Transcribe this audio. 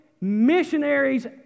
missionaries